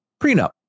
prenup